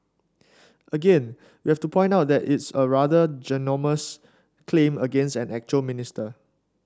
again we have to point out that it's a rather ginormous claim against an actual minister